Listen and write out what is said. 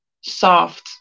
soft